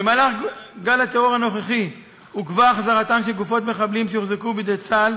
במהלך גל הטרור הנוכחי עוכבה החזרתן של גופות מחבלים שהוחזקו בידי צה"ל